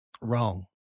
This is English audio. Wrong